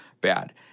bad